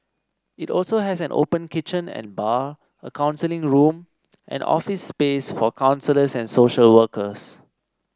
it also has an open kitchen and bar a counselling room and office space for counsellors and social workers